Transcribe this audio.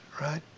right